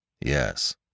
Yes